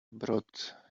brought